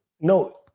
no